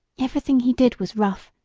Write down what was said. everything he did was rough,